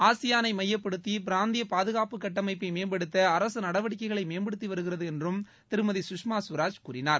ஆசியானை மையப்படுத்தி பிராந்திய பாதுகாப்புக் கட்டமைப்பை மேம்படுத்த அரசு நடவடிக்கைகளை மேம்படுத்தி வருகிறது என்றும் திருமதி சுஷ்மா சுவராஜ் கூறினார்